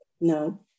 No